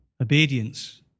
obedience